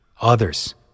others